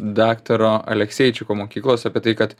daktaro alekseičiko mokyklos apie tai kad